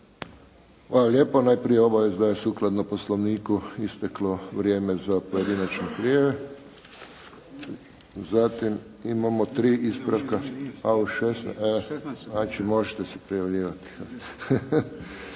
Hvala lijepo. Najprije obavijest da je sukladno Poslovniku isteklo vrijeme za pojedinačne prijave. Znači, možete se prijavljivati.